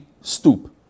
stoop